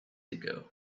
ago